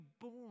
born